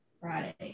Friday